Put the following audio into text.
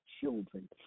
children